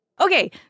Okay